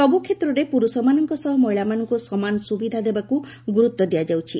ସବୁ କ୍ଷେତ୍ରରେ ପୁରୁଷମାନଙ୍କ ସହ ମହିଳାମାନଙ୍କୁ ସମାନ ସୁବିଧା ଦେବାକୁ ଗୁରୁତ୍ୱ ଦିଆଯାଉଛି